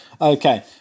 Okay